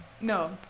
No